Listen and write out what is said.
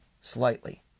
slightly